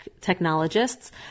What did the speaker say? technologists